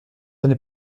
n’est